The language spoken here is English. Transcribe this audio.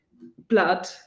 Blood